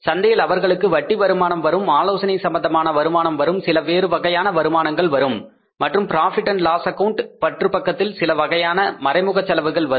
சந்தையில் அவர்களுக்கு வட்டி வருமானம் வரும் ஆலோசனை சம்பந்தமான வருமானம் வரும் சில வேறு வகையான வருமானங்கள் வரும் மற்றும் profit and loss account Profit Loss Account பற்று பக்கத்தில் சில வகையான மறைமுக செலவுகள் வரும்